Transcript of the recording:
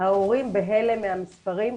"ההורים בהלם מהמספרים",